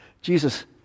Jesus